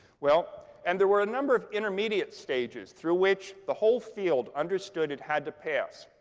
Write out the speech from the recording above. well, and there were a number of intermediate stages through which the whole field understood it had to pass.